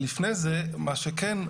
אבל לפני זה, מה שכן,